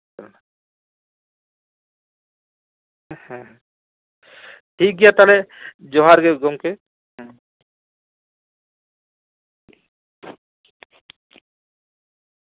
ᱦᱮᱸ ᱴᱷᱤᱠ ᱜᱮᱭᱟ ᱛᱟᱦᱞᱮ ᱡᱚᱦᱟᱨ ᱜᱮ ᱜᱚᱢᱠᱮ